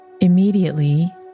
Immediately